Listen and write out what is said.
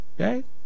Okay